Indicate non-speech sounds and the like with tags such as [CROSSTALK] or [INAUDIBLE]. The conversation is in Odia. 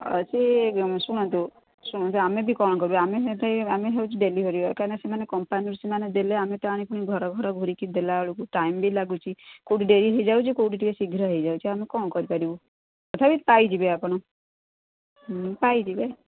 ସେ ଶୁଣନ୍ତୁ ଶୁଣନ୍ତୁ ଆମେ ବି କ'ଣ କରିବୁ ଆମେ [UNINTELLIGIBLE] ଆମେ ହେଉଛୁ ଡେଲିଭରି ବାଲା କାହିଁକିନା ସେମାନେ କମ୍ପାନୀରୁ ସେମାନେ ଦେଲେ ଆମେ ତ ଆଣି ପୁଣି ଘର ଘର ଘୁରିକି ଦେଲା ବେଳକୁ ଟାଇମ୍ ବି ଲାଗୁଛି କେଉଁଠି ଡେରି ହେଇଯାଉଛି କେଉଁଠିି ଟିକେ ଶୀଘ୍ର ହେଇଯାଉଛି ଆମେ କ'ଣ କରିପାରିବୁ ତଥାପି ପାଇଯିବେ ଆପଣ ପାଇଯିବେ